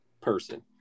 person